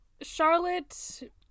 Charlotte